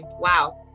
wow